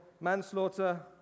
manslaughter